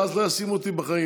ואז לא ישימו אותי בחיים.